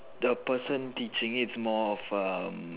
the person teaching is more of um